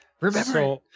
Remember